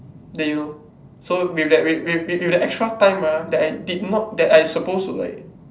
then you know so with that with with with with the extra time ah that I did not that I suppose to like